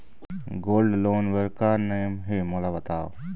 Gold loan बार का का नेम हे, मोला बताव?